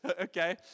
Okay